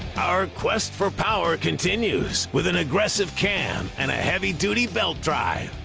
our quest for power continues with an aggressive cam and a heavy duty belt drive.